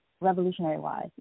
revolutionary-wise